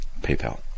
PayPal